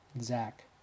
Zach